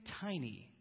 tiny